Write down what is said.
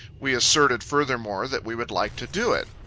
we asserted furthermore that we would like to do it.